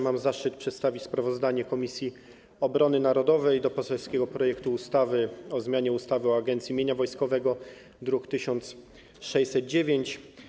Mam zaszczyt przedstawić sprawozdanie Komisji Obrony Narodowej o poselskim projekcie ustawy o zmianie ustawy o Agencji Mienia Wojskowego, druk nr 1609.